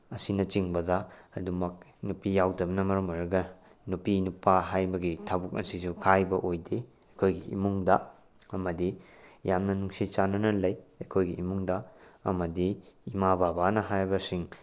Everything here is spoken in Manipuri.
ꯑꯁꯤꯅꯆꯤꯡꯕꯗ ꯑꯗꯨꯃꯛ ꯅꯨꯄꯤ ꯌꯥꯎꯗꯕꯅ ꯃꯔꯝ ꯑꯣꯏꯔꯒ ꯅꯨꯄꯤ ꯅꯨꯄꯥ ꯍꯥꯏꯕꯒꯤ ꯊꯕꯛ ꯑꯁꯤꯁꯨ ꯈꯥꯏꯕ ꯑꯣꯏꯗꯦ ꯑꯩꯈꯣꯏꯒꯤ ꯏꯃꯨꯡꯗ ꯑꯃꯗꯤ ꯌꯥꯝꯅ ꯅꯨꯡꯁꯤ ꯆꯥꯟꯅꯅ ꯂꯩ ꯑꯩꯈꯣꯏꯒꯤ ꯏꯃꯨꯡꯗ ꯑꯃꯗꯤ ꯏꯃꯥ ꯕꯕꯥꯅ ꯍꯥꯏꯕꯁꯤꯡ